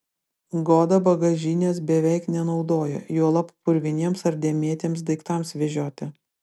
goda bagažinės beveik nenaudojo juolab purviniems ar dėmėtiems daiktams vežioti